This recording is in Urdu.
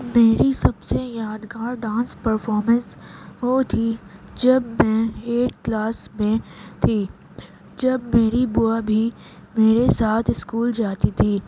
میری سب سے یادگار ڈانس پرفارمنس وہ تھی جب میں ایٹتھ کلاس میں تھی جب میری بوا بھی میرے ساتھ اسکول جاتی تھی